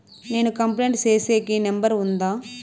నేను కంప్లైంట్ సేసేకి నెంబర్ ఉందా?